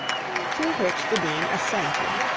to which the dean assented,